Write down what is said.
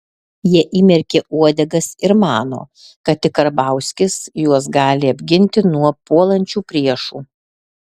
jie įmerkė uodegas ir mano kad tik karbauskis juos gali apginti nuo puolančių priešų